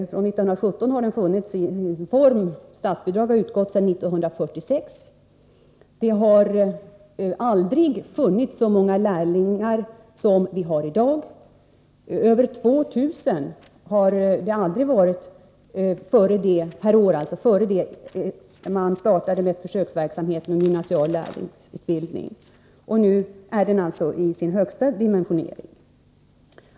Lärlingsutbildning fanns år 1917. Statsbidrag har utgått sedan 1946. Det har aldrig funnits så många lärlingar som vi har i dag. Över 2000 per år har det aldrig varit, innan man startade försöksverksamheten med gymnasial lärlingsutbildning. Och nu är alltså lärlingsutbildningen i sin högsta dimensionering.